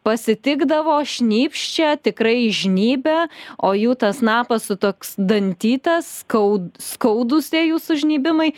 pasitikdavo šnypščia tikrai žnybia o jų tas snapas su toks dantytas skau skaudūs tie jų sužnybimai